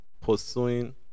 Pursuing